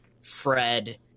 Fred